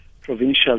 provincial